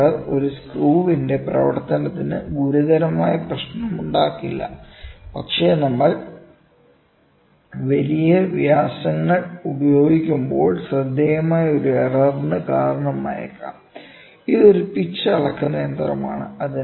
ഈ എറർ ഒരു സ്ക്രൂവിന്റെ പ്രവർത്തനത്തിന് ഗുരുതരമായ പ്രശ്നമുണ്ടാക്കില്ല പക്ഷേ നമ്മൾ വലിയ വ്യാസങ്ങൾ ഉപയോഗിക്കുമ്പോൾ ശ്രദ്ധേയമായ ഒരു എറർന് കാരണമായേക്കാം ഇതൊരു പിച്ച് അളക്കുന്ന യന്ത്രമാണ്